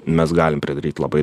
mes galim pridaryt labai